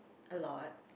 a lot